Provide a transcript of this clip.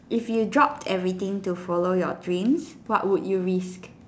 if you drop everything to follow your dream what would you risk